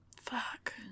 Fuck